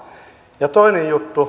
ja toinen juttu